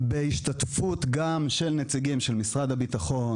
בהשתתפות גם של נציגים של משרד הביטחון,